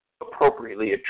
appropriately